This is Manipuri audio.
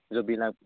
ꯌꯨꯕꯤ ꯂꯥꯛꯄꯤ